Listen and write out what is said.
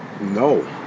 no